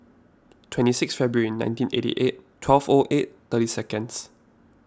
twenty six February nineteen eighty eight twelve O eight thirty seconds